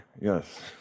Yes